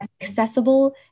accessible